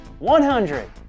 100